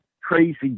crazy